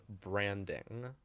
branding